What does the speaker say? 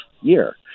year